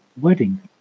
wedding